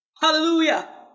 Hallelujah